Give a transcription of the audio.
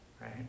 right